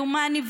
כמדומני,